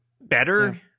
better